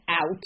out